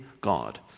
God